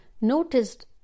noticed